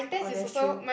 oh that's true